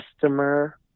customer